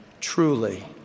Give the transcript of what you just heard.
truly